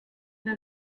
that